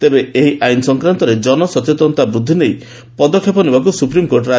ତେବେ ଏହି ଆଇନ୍ ସଂକ୍ରାନ୍ତରେ ଜନସଚେତନତା ବୃଦ୍ଧି ନେଇ ପଦକ୍ଷେପ ନେବାକୁ ସୁପ୍ରିମ୍କୋର୍ଟ ରାଜି ହୋଇଛନ୍ତି